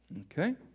Okay